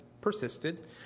persisted